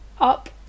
up